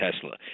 Tesla